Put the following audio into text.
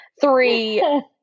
three